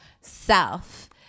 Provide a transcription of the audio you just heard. self